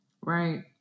Right